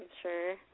sure